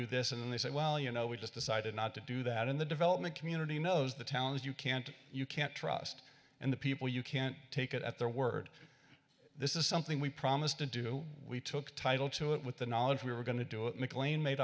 do this and they said well you know we just decided not to do that in the development community knows the talent you can't you can't trust in the people you can't take it at their word this is something we promised to do we took title to it with the knowledge we were going to do it mclean made